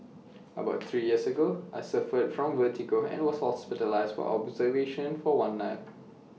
about three years ago I suffered from vertigo and was hospitalised for observation for one night